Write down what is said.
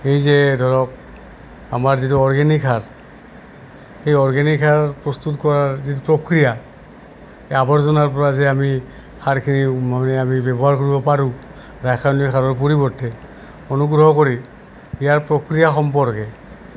এই যে ধৰক আমাৰ যিটো অৰ্গেনিক সাৰ এই অৰ্গেনিক সাৰ প্ৰস্তুত কৰাৰ যিটো প্ৰক্ৰিয়া এই আৱৰ্জনাৰ পৰা যে আমি সাৰখিনি মানে আমি ব্যৱহাৰ কৰিব পাৰোঁ ৰাসায়নিক সাৰৰ পৰিৱৰ্তে অনুগ্ৰহ কৰি ইয়াৰ প্ৰক্ৰিয়া সম্পৰ্কে